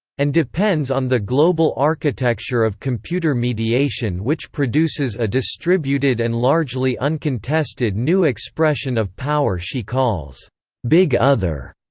and depends on the global architecture of computer mediation mediation which produces a distributed and largely uncontested new expression of power she calls big other.